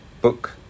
book